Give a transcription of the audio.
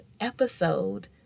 episode